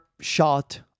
shot